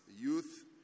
youth